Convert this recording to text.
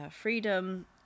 freedom